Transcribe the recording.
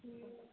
हँ